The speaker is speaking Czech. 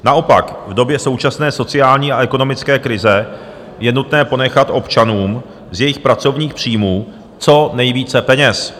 Naopak, v době současné sociální a ekonomické krize je nutné ponechat občanům z jejich pracovních příjmů co nejvíce peněz.